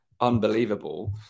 unbelievable